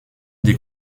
des